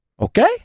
Okay